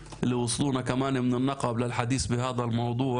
ושיהיו בריאים גם כל האורחים שהגיעו אלינו גם מהנגב לדיון בנושא הזה.